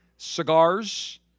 Cigars